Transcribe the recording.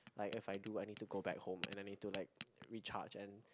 like if I do I need to go back home and I need to like recharge and